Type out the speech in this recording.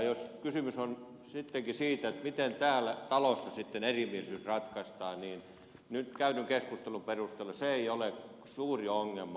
jos kysymys on sittenkin siitä miten täällä talossa erimielisyys ratkaistaan niin nyt käydyn keskustelun perusteella se ei ole suuri ongelma